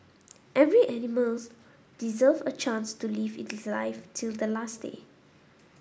every animals deserve a chance to live its life till the last day